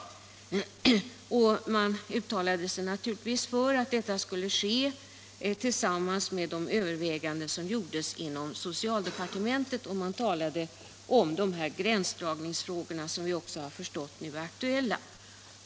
Man uttalade sig naturligtvis för att detta skulle ske tillsammans med de överväganden som gjordes inom socialdepartementet. Man talade om gränsdragningsfrågorna, som också är aktuella nu.